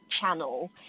channel